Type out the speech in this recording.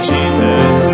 Jesus